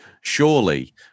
Surely